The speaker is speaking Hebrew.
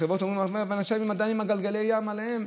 החברות אומרות לי: אנשים עדיין עם גלגלי הים עליהם.